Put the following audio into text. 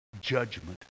judgment